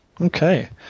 Okay